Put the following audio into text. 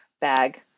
bag